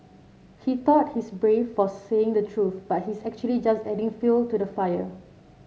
he thought he's brave for saying the truth but he's actually just adding fuel to the fire